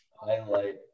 highlight